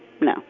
no